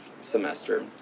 semester